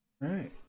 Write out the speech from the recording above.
Right